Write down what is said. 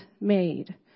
made